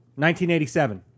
1987